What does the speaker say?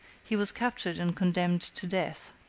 he was captured and condemned to death.